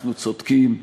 אנחנו צודקים.